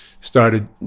started